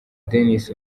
denis